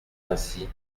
ainsi